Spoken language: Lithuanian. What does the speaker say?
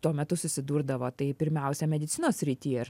tuo metu susidurdavo tai pirmiausia medicinos srity ar